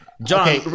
john